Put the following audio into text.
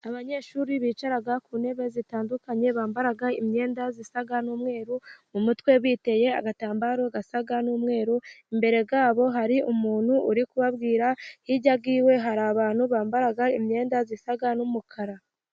Abanyeshuri bicara ku ntebe zitandukanye, bambara imyenda isa n'umweru, mu mutwe biteye agatambaro gasa n'umweru, imbere yabo hari umuntu uri kubabwira, hirya y'iwe hari abantu bambara imyenda isa n'umukara.